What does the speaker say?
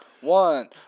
one